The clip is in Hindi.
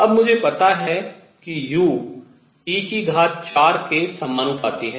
अब मुझे पता है कि u T4 के समानुपाती है